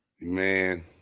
Man